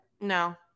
No